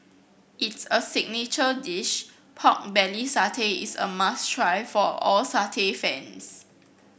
its a signature dish pork belly satay is a must try for all satay fans